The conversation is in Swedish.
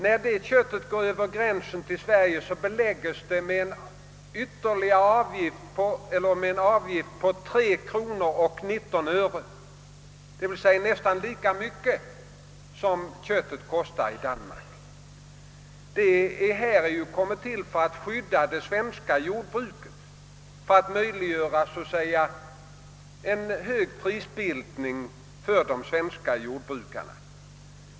När detta kött går över gränsen till Sverige beläggs det med en avgift på kr. 3:19, d.v.s. nästan lika mycket som köttet kostar i Danmark. Denna avgift har ju kommit till för att skydda det svenska jordbruket genom att möjliggöra en hög prisbildning för de svenska jordbrukarna.